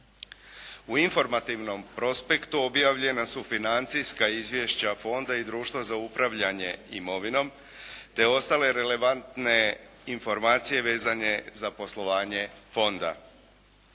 U informativnom prospektu objavljena su financijska izvješća Fonda i društva za upravljanje imovinom, te ostale relevantne informacije vezane za poslovanje fonda.